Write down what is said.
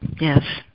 Yes